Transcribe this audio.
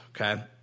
Okay